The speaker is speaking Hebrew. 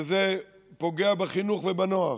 כי זה פוגע בחינוך ובנוער?